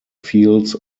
fields